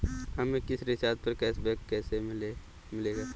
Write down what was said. हमें किसी रिचार्ज पर कैशबैक कैसे मिलेगा?